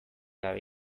gabe